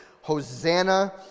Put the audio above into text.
Hosanna